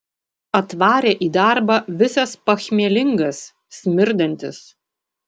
atvarė į darbą visas pachmielingas smirdantis